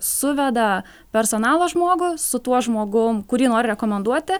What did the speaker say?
suveda personalo žmogų su tuo žmogum kurį nori rekomenduoti